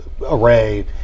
array